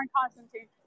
Constantine